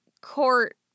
court